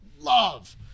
love